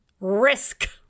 risk